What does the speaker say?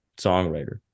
songwriter